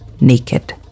naked